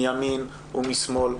מימין ומשמאל,